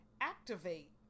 activate